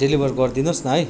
deliver गरिदिनुहोस् न है